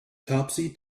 topsy